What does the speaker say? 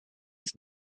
ist